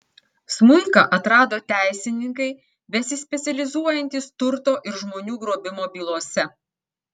smuiką atrado teisininkai besispecializuojantys turto ir žmonių grobimo bylose